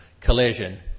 collision